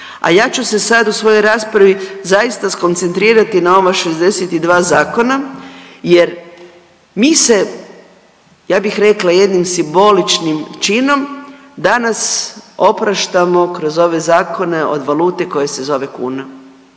a ja ću se sad u svojoj raspravi zaista skoncentrirati na ova 62 zakona jer mi se, ja bih rekla jednim simboličnim činom danas opraštamo kroz ove zakone od valute koja se zove kuna.